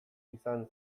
izan